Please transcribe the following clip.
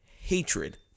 hatred